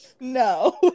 No